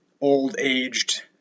old-aged